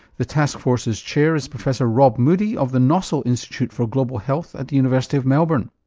the task force's chair is professor rob moodie of the nossal institute for global health at the university of melbourne.